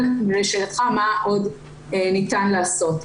אבל לשאלתך מה עוד ניתן לעשות,